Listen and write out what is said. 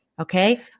Okay